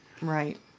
Right